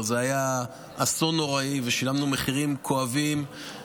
זה היה אסון נוראי ושילמנו מחירים כואבים,